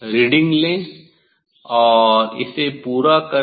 reading लेंऔर इसे पूरा करें